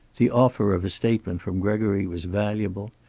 the offer of a statement from gregory was valuable,